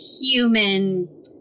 human